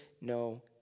no